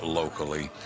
locally